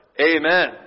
Amen